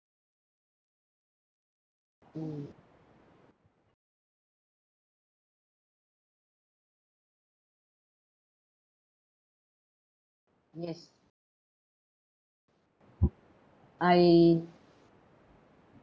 mm yes I